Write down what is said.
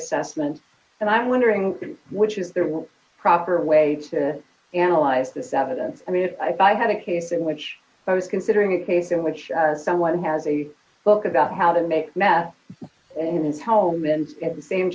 assessment and i'm wondering which is there will proper way to analyze this evidence i mean if i have a case in which i was considering a case in which someone has a book about how to make meth in his home and at the same